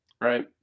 Right